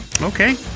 Okay